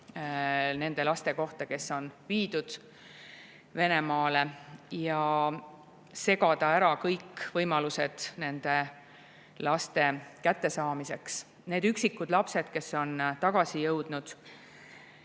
nende laste kohta, kes on viidud Venemaale, ja segada ära kõik võimalused nende laste kättesaamiseks. Need üksikud lapsed, kes on tagasi jõudnud,